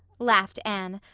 laughed anne,